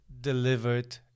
delivered